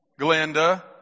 Glenda